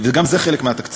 גם זה חלק מהתקציב.